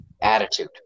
attitude